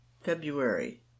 February